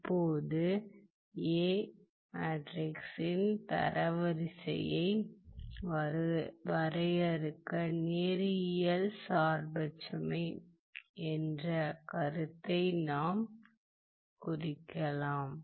இப்போது A மேட்ரிக்ஸின் தரவரிசையை வரையறுக்க நேரியல் சார்பற்றமை என்ற கருத்தை நாம் குறைக்கலாம்